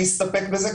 אני אסתפק בזה.